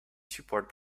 support